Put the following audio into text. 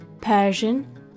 Persian